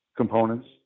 components